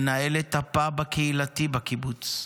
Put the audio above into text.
מנהל הפאב הקהילתי בקיבוץ,